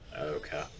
Okay